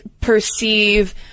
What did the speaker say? perceive